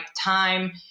time